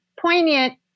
poignant